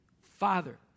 Father